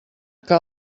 que